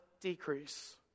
decrease